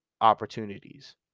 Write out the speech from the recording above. opportunities